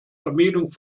vermählung